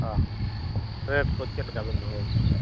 ᱦᱮᱸ ᱨᱮᱴ ᱠᱚ ᱪᱮᱫ ᱞᱮᱠᱟ ᱵᱤᱱ ᱫᱚᱦᱚ ᱠᱟᱜᱼᱟ